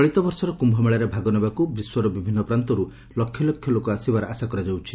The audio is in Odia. ଚଳିତ ବର୍ଷର କ୍ରମ୍ଭମେଳାରେ ଭାଗ ନେବାକୁ ବିଶ୍ୱର ବିଭିନ୍ନ ପ୍ରନ୍ତରୁ ଲକ୍ଷ ଲୋକ ଆସିବାର ଆଶା କରାଯାଉଛି